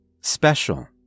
Special